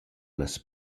las